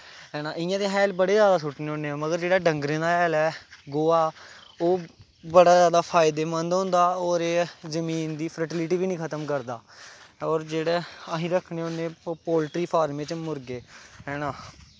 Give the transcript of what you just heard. है ना इ'यां ते अस हैल बड़े जादा सुट्टने होन्ने आं पर जेह्ड़ा डंगरें दा हैल ऐ गोहा ओह् बड़ा जादा फायदेमंद होंदा होर एह् जमीन दी फर्टिलिटी बी निं खतम करदा होर जेह्ड़े असीं रक्खनें होन्ने पोल्ट्री फार्म च मुर्गे है ना